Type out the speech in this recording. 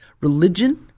Religion